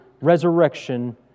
resurrection